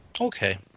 Okay